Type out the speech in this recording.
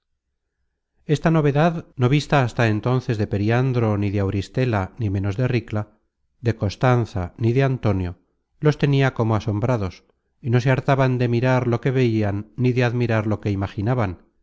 esta novedad no vista hasta entonces de periandro ni de auristela ni menos de ricla de constanza ni de antonio los tenia como asombrados y no se hartaban de mirar lo que veian ni de admirar lo que imaginaban